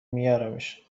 میارمشون